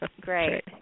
Great